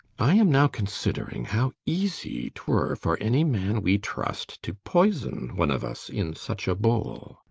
i am now considering how easie twere for any man we trust to poyson one of us in such a boul.